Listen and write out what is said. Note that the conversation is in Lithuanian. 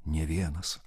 nė vienas